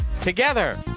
Together